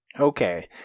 Okay